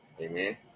Amen